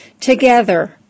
together